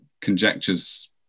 conjectures